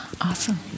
awesome